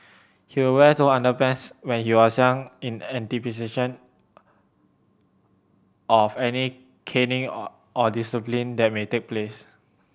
he would wear two underpants when he was young in anticipation of any caning or or disciplining that may take place